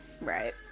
right